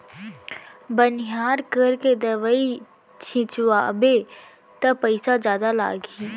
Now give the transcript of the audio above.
बनिहार करके दवई छिंचवाबे त पइसा जादा लागही